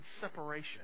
separation